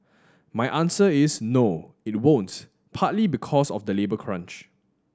my answer is no it won't partly because of the labour crunch